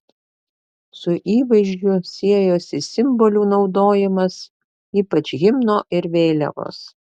su įvaizdžiu siejosi simbolių naudojimas ypač himno ir vėliavos